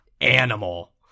animal